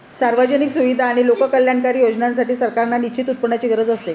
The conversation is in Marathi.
सार्वजनिक सुविधा आणि लोककल्याणकारी योजनांसाठी, सरकारांना निश्चित उत्पन्नाची गरज असते